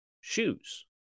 shoes